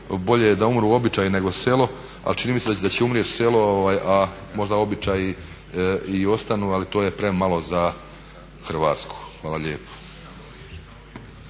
bolje je da umru običaji nego selo. Ali čini mi se da će umrijeti selo, a možda običaji i ostanu, ali to je premalo za Hrvatsku. Hvala lijepo.